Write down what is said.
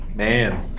Man